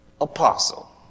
apostle